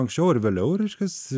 anksčiau ar vėliau reiškias